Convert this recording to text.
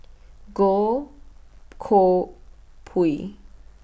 Goh Koh Pui